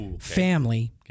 family